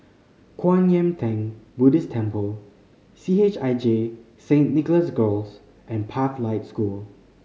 Kwan Yam Theng Buddhist Temple C H I J Saint Nicholas Girls and Pathlight School